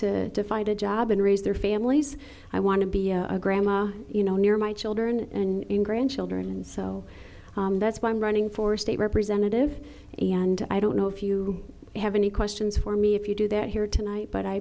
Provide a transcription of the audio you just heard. to find a job and raise their families i want to be a grandma you know near my children and grandchildren and so that's why i'm running for state representative and i don't know if you have any questions for me if you do that here tonight but i